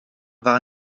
waren